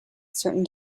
certain